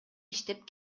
иштеп